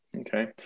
Okay